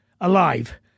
alive